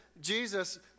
Jesus